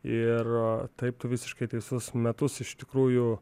ir taip tu visiškai teisus metus iš tikrųjų